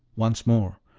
once more,